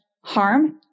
harm